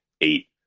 eight